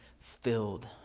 filled